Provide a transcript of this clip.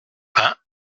ben